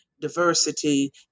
diversity